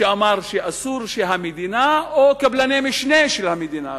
שאמר שאסור שהמדינה או קבלני משנה של המדינה,